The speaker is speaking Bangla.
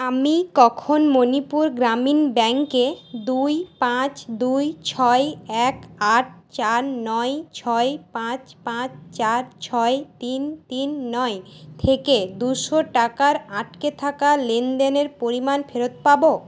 আমি কখন মণিপুর গ্রামীণ ব্যাঙ্কে দুই পাঁচ দুই ছয় এক আট চার নয় ছয় পাঁচ পাঁচ চার ছয় তিন তিন নয় থেকে দুশো টাকার আটকে থাকা লেনদেনের পরিমাণ ফেরত পাব